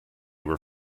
were